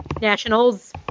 Nationals